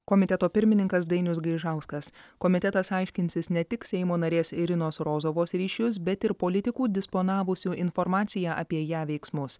komiteto pirmininkas dainius gaižauskas komitetas aiškinsis ne tik seimo narės irinos rozovos ryšius bet ir politikų disponavusių informacija apie ją veiksmus